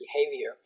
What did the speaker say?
behavior